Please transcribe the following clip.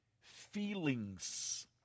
feelings